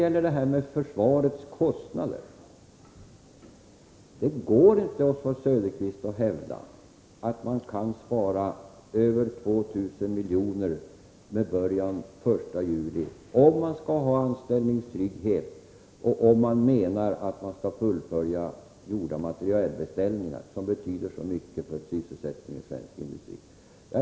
När det gäller försvarets kostnader går det inte, Oswald Söderqvist, att hävda att man kan spara över 2 000 miljoner med början den 1 juli, om vi skall ha anställningstrygghet och om man menar att man skall fullborda gjorda materielbeställningar, som betyder så mycket för sysselsättningen i svensk industri.